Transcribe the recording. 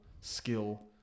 skill